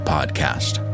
Podcast